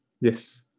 Yes